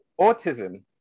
autism